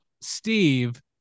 Steve